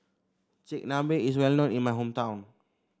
Chigenabe is well known in my hometown